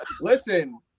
Listen